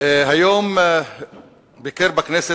היום ביקר בכנסת,